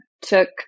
took